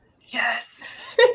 Yes